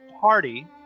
party